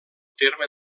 terme